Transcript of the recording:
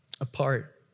apart